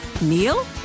Neil